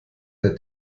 der